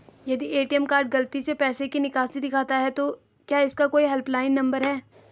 यदि ATM card गलती से पैसे की निकासी दिखाता है तो क्या इसका कोई हेल्प लाइन नम्बर है?